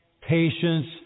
patience